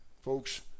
Folks